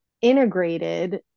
integrated